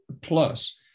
plus